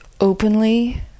openly